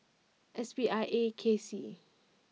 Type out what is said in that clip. S P I A K C